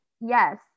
Yes